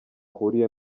ahuriye